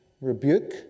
rebuke